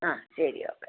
ആ ശരി ഓക്കെ